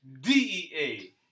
DEA